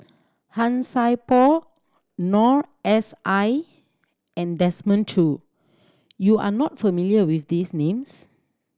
Han Sai Por Noor S I and Desmond Choo you are not familiar with these names